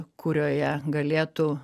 kurioje galėtų